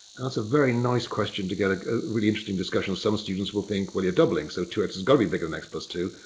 that's a very nice question to get a really interesting discussion. some students will think, well, you're doubling so two x has gotta be bigger than x plus two.